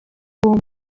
home